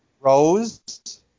Rose